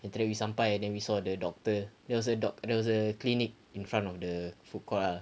and then after that we sampai and then we saw the doctor there was a doc~ there was a clinic in front of the food court ah